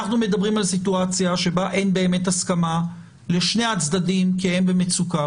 אנחנו מדברים על סיטואציה שבה אין באמת הסכמה לשני הצדדים כי הם במצוקה.